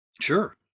Sure